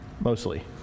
Mostly